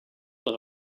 nach